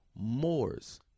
Moors